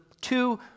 two